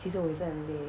其实我也是很累